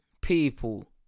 people